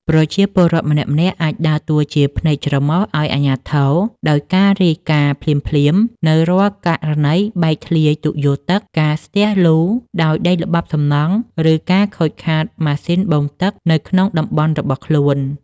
ប្រជាពលរដ្ឋម្នាក់ៗអាចដើរតួជាភ្នែកច្រមុះ ឱ្យអាជ្ញាធរ ដោយការរាយការណ៍ភ្លាមៗនូវរាល់ករណីបែកធ្លាយទុយោទឹក ការស្ទះលូដោយដីល្បាប់សំណង់ ឬការខូចខាតម៉ាស៊ីនបូមទឹកនៅក្នុងតំបន់របស់ខ្លួន។